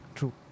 True